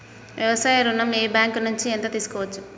వ్యవసాయ ఋణం ఏ బ్యాంక్ నుంచి ఎంత తీసుకోవచ్చు?